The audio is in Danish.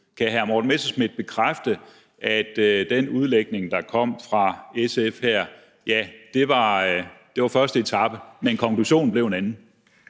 Kan hr. Morten Messerschmidt bekræfte, at den udlægning, der kom fra SF her, var første etape, men konklusionen blev en anden?